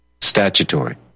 statutory